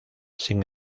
sin